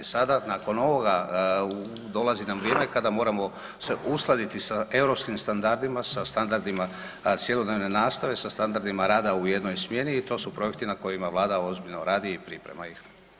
Sada nakon ovoga dolazi nam vrijeme kada moramo se uskladiti sa europskim standardima, sa standardima cjelodnevne nastave, sa standardima rada u jednoj smjeni i to su projekti na kojima vlada ozbiljno radi i priprema ih.